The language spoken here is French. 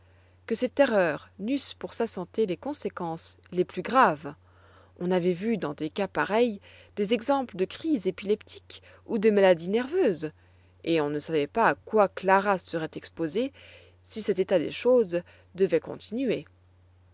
que ces terreurs n'eussent pour sa santé les conséquences les plus graves on avait vu dans des cas pareils des exemples de crises épileptiques ou de maladies nerveuses et on ne savait pas à quoi clara serait exposée si cet état de choses devait continuer